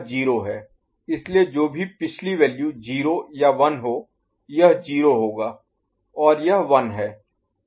इसलिए जो भी पिछली वैल्यू 0 या 1 हो यह 0 होगा और यह 1 है